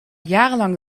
jarenlang